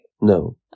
No